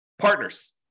Partners